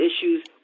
issues